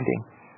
finding